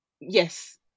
Yes